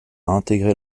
intégré